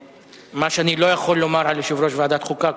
מה שאני לא יכול לומר על יושב-ראש ועדת החוקה,